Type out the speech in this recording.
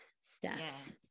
steps